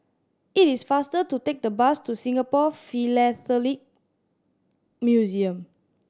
it is faster to take the bus to Singapore Philatelic Museum